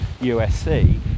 USC